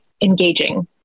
engaging